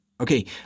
okay